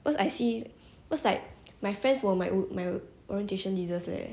cause I see cause like my friends were my my orientation leaders leh